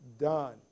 done